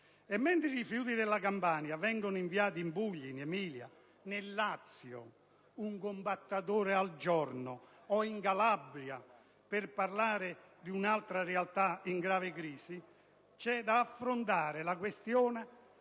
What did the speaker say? mentre i rifiuti della Campania vengono inviati in Puglia, in Emilia Romagna, nel Lazio (un compattatore al giorno) o in Calabria, per parlare di un'altra realtà in grave crisi, c'è da affrontare la questione,